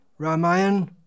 Ramayan